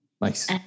Nice